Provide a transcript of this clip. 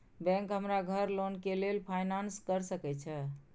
Bank हमरा घर loan के लेल फाईनांस कर सके छे?